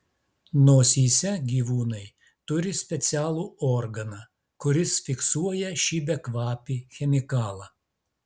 nosyse gyvūnai turi specialų organą kuris fiksuoja šį bekvapį chemikalą